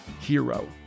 Hero